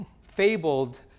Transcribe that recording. fabled